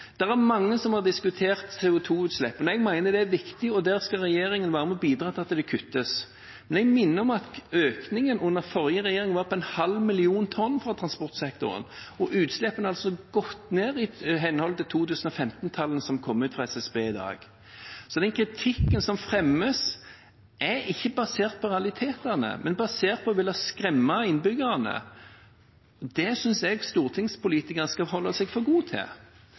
der skal regjeringen være med og bidra til at det kuttes. Men jeg vil minne om at økningen under forrige regjering var på en halv million tonn fra transportsektoren, og utslippene har altså gått ned i henhold til 2015-tallene som er kommet fra SSB i dag. Så den kritikken som fremmes, er ikke basert på realitetene, men basert på å ville skremme innbyggerne. Det synes jeg stortingspolitikere skal holde seg for gode til.